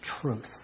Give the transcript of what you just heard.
truth